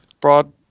Broad